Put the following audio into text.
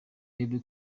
bebe